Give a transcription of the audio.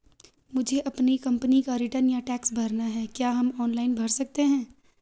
मुझे अपनी कंपनी का रिटर्न या टैक्स भरना है क्या हम ऑनलाइन भर सकते हैं?